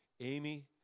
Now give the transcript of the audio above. Amy